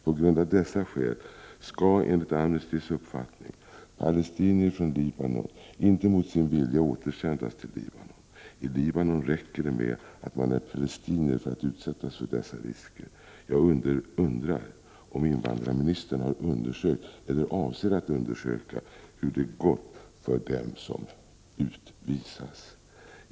På grund härav skall enligt Amnestys uppfattning palestinier från Libanon inte mot sin vilja återsändas till Libanon. I Libanon räcker det med att man är palestinier för att man skall utsättas för dessa risker. Jag undrar om invandrarministern har undersökt eller avser att undersöka hur det har gått för dem som utvisats.